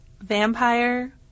vampire